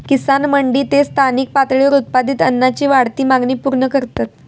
किसान मंडी ते स्थानिक पातळीवर उत्पादित अन्नाची वाढती मागणी पूर्ण करतत